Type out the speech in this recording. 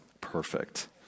Perfect